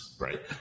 right